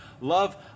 love